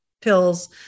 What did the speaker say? pills